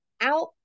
out